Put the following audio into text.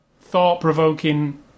thought-provoking